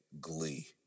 glee